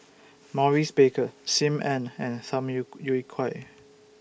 Maurice Baker SIM Ann and Tham Yu Yui Kai